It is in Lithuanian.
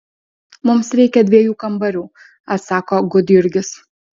mums reikia dviejų kambarių atsako gudjurgis